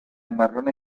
marrone